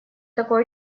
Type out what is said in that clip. такое